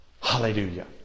Hallelujah